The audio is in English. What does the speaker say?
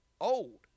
old